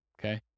Okay